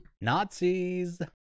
Nazis